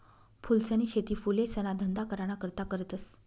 फूलसनी शेती फुलेसना धंदा कराना करता करतस